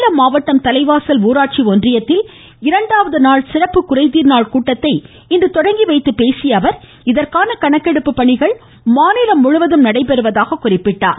சேலம் மாவட்டம் தலைவாசல் ஊராட்சி ஒன்றியத்தில் இரண்டாவது நாள் சிறப்பு குறைதீர் நாள் கூட்டத்தை இன்று தொடங்கி வைத்து பேசிய அவர் இதற்கான கணக்கெடுப்பு பணிகள் மாநிலம் முழுவதும் நடைபெறுவதாக கூறினார்